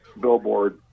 billboard